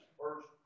first